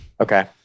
Okay